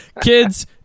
Kids